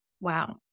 Wow